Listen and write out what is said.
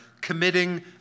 committing